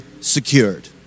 secured